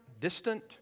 distant